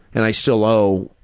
and i still owe,